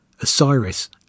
Osiris